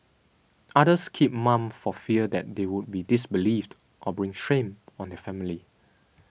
others keep mum for fear that they would be disbelieved or bring shame on their family